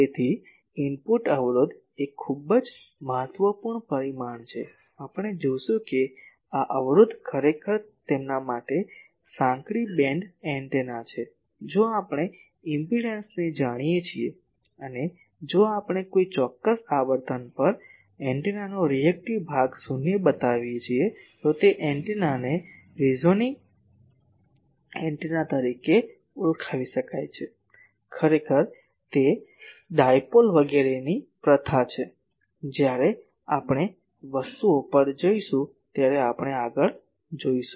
તેથી ઇનપુટ અવરોધ એ ખૂબ જ મહત્વપૂર્ણ પરિમાણ છે આપણે જોશું કે આ અવરોધ ખરેખર તેમના માટે સાંકડી બેન્ડ એન્ટેના છે જો આપણે ઇમ્પેડંસને જાણીએ છીએ અને જો આપણે કોઈ ચોક્કસ આવર્તન પર એન્ટેનાનો રીએક્ટીવ ભાગ શૂન્ય બનાવી શકીએ તો તે એન્ટેનાને રેઝોનિંગ એન્ટેના તરીકે ઓળખાવી શકાય છે ખરેખર તે ડાયપોલ વગેરેની પ્રથા છે જ્યારે આપણે તે વસ્તુઓ પર જઈશું ત્યારે આપણે આગળ જોશું